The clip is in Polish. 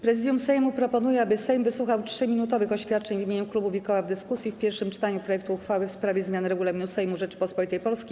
Prezydium Sejmu proponuje, aby Sejm wysłuchał 3-minutowych oświadczeń w imieniu klubów i koła w dyskusji w pierwszym czytaniu projektu uchwały w sprawie zmiany Regulaminu Sejmu Rzeczypospolitej Polskiej.